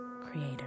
creator